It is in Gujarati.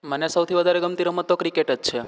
મને સૌથી વધારે ગમતી રમત તો ક્રિકેટ જ છે